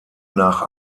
nach